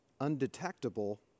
undetectable